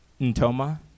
Ntoma